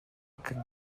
que